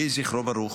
יהי זכרו ברוך.